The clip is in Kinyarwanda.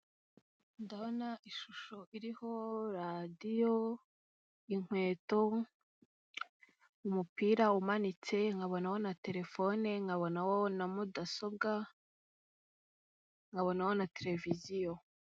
Ndabona ishusho iriho radiyo, inkweto, umupira umanitse, nkabonaho na telefone, nkabonaho na mudasobwa, nkabonaho na televiziyo.